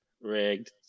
Rigged